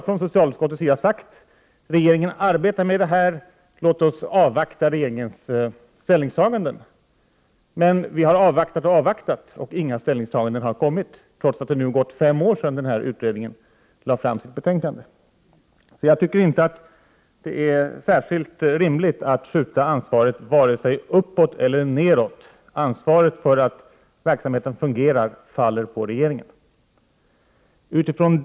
Från socialutskottets sida har vi sagt att regeringen arbetar med denna fråga och att vi skall avvakta regeringens ställningstagande. Vi har avvaktat och avvaktat och inga ställningstaganden har kommit — trots att det har gått fem år sedan utredningen lade fram sitt betänkande. Jag tycker inte att det är särskilt rimligt att skjuta ansvaret vare sig uppåt eller nedåt. Ansvaret för att verksamheten fungerar faller på regeringen.